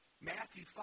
Matthew